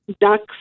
ducks